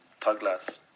Tuglas